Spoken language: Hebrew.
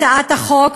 הצעת החוק,